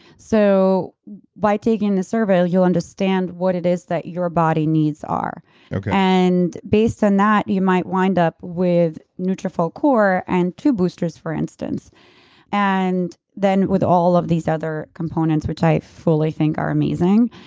so by taking the survey you'll understand what it is that your body's needs are okay and based on that you might wind up with nutrafol core and two boosters, for instance and then, with all of these other components, which i fully think are amazing.